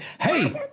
Hey